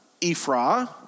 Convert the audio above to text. Ephra